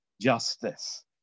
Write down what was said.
justice